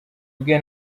bwe